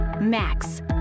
Max